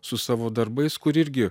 su savo darbais kur irgi